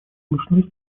слышны